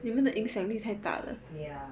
ya